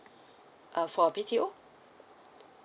uh for a B_T_O